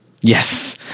Yes